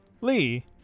Lee